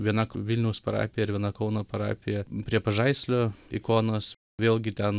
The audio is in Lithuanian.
viena vilniaus parapija ir viena kauno parapija prie pažaislio ikonos vėlgi ten